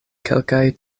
kelkaj